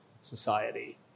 society